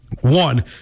One